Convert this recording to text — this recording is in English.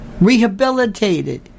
rehabilitated